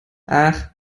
ach